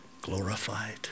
glorified